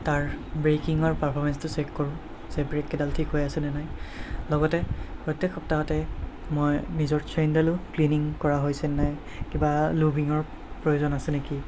তাৰ ব্ৰেকিঙৰ পাৰ্ফমেন্সটো চেক কৰোঁ যে ব্ৰেককেইডাল ঠিক হৈ আছেনে নাই লগতে প্ৰত্যেক সপ্তাহতে মই নিজৰ চেইনডালো ক্লিনিং কৰা হৈছে নে নাই কিবা লুব্ৰিঙৰ প্ৰয়োজন আছে নেকি